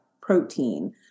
protein